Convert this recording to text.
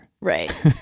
Right